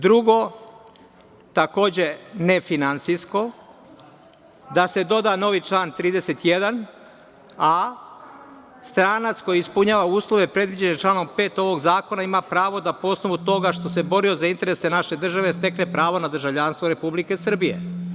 Drugo, takođe nefinansijsko da se doda novi član 31a - stranac koji ispunjava uslove predviđene članom 5. ovog zakona, ima pravo po osnovu toga što se borio za interese naše države stekne pravo na državljanstvo Republike Srbije.